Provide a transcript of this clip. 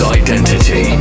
identity